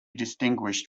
distinguished